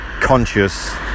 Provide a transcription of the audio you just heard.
Conscious